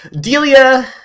Delia